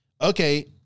Okay